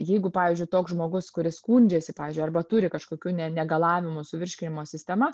jeigu pavyzdžiui toks žmogus kuris skundžiasi pavyzdžiui arba turi kažkokių negalavimų su virškinimo sistema